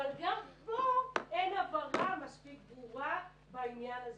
אבל גם פה אין הבהרה מספיק ברורה בעניין הזה.